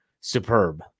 superb